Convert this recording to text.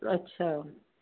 अच्छा